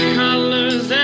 colors